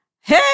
Hey